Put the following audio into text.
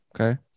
Okay